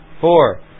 Four